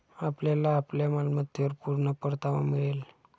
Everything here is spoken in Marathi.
आपल्याला आपल्या मालमत्तेवर पूर्ण परतावा मिळेल